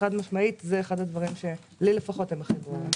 זה אחד הדברים שהכי חשובים לי.